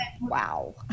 wow